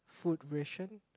food ration